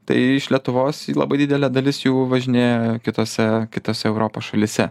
tai iš lietuvos labai didelė dalis jų važinėja kitose kitose europos šalyse